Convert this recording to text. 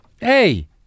Hey